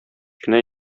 кенә